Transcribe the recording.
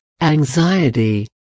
anxiety